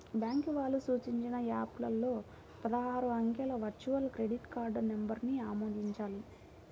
bank వాళ్ళు సూచించిన app లో పదహారు అంకెల వర్చువల్ క్రెడిట్ కార్డ్ నంబర్ను ఆమోదించాలి